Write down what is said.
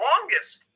longest